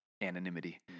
anonymity